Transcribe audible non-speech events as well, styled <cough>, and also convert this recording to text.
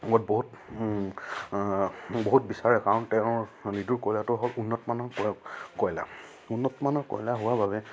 <unintelligible> ত বহুত বহুত বিচাৰে কাৰণ তেওঁৰ লিডুৰ কয়লাতো হওক উন্নতমানৰ কয়লা উন্নতমানৰ কয়লা হোৱাৰ বাবে